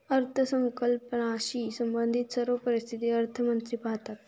अर्थसंकल्पाशी संबंधित सर्व परिस्थिती अर्थमंत्री पाहतात